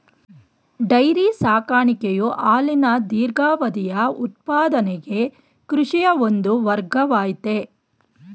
dairy ಸಾಕಾಣಿಕೆಯು ಹಾಲಿನ ದೀರ್ಘಾವಧಿಯ ಉತ್ಪಾದನೆಗೆ ಕೃಷಿಯ ಒಂದು ವರ್ಗವಾಗಯ್ತೆ